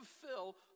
fulfill